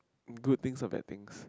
good things or bad things